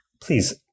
Please